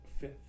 Fifth